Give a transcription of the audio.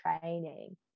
training